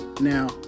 Now